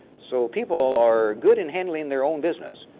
so people are good in handling their own business.